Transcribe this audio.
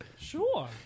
Sure